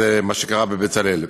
למה שקרה ב"בצלאל".